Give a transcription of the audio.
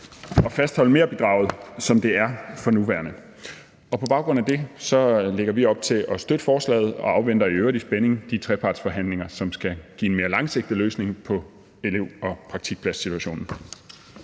at fastholde merbidraget, som det er for nuværende. På baggrund af det lægger vi op til at støtte forslaget og afventer i øvrigt i spænding de trepartsforhandlinger, som skal give en mere langsigtet løsning på elev- og praktikpladssituationen.